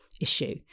issue